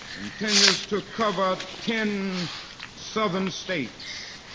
continues to cover ten southern states.